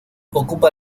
ocupa